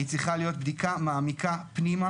צריכה להיות בדיקה מעמיקה פנימה,